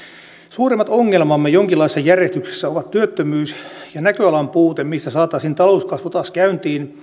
suurimmat ongelmamme jonkinlaisessa järjestyksessä ovat työttömyys ja näköalan puute siinä mistä saataisiin talouskasvu taas käyntiin